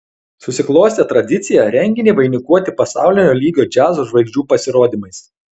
susiklostė tradicija renginį vainikuoti pasaulinio lygio džiazo žvaigždžių pasirodymais